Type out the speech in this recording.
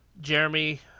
Jeremy